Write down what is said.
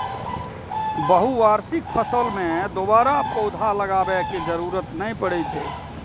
बहुवार्षिक फसल मे दोबारा पौधा लगाबै के जरूरत नै पड़ै छै